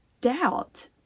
doubt